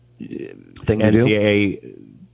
NCAA